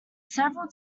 several